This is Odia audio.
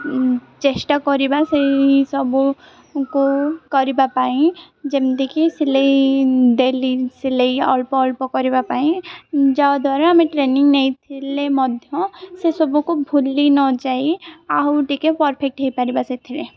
ଚେଷ୍ଟା କରିବା ସେଇ ସବୁକୁ କରିବା ପାଇଁ ଯେମିତିକି ସିଲେଇ ଡେଲି ସିଲେଇ ଅଳ୍ପ ଅଳ୍ପ କରିବା ପାଇଁ ଯାହାଦ୍ୱାରା ଆମେ ଟ୍ରେନିଂ ନେଇଥିଲେ ମଧ୍ୟ ସେ ସବୁକୁ ଭୁଲି ନଯାଇ ଆଉ ଟିକେ ପରଫେକ୍ଟ ହେଇପାରିବା ସେଥିରେ